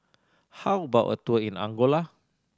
how about a tour in Angola